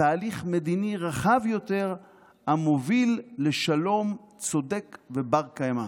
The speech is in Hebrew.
תהליך מדיני רחב יותר המוביל לשלום צודק ובר-קיימא.